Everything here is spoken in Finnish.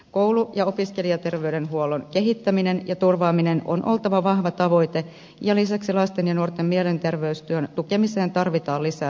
koulu ja opiskelijaterveydenhuollon kehittämisen ja turvaamisen on oltava vahva tavoite ja lisäksi lasten ja nuorten mielenterveystyön tukemiseen tarvitaan lisää resursseja